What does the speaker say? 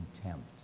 contempt